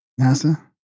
NASA